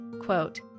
Quote